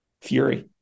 fury